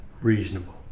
reasonable